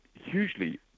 hugely